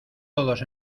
todos